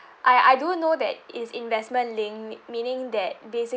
I I do know that it's investment linked meaning that basically